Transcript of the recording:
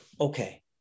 Okay